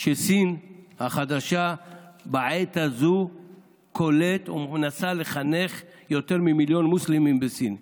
שסין החדשה בעת הזאת כולאת ומנסה לחנך יותר ממיליון מוסלמים בסין.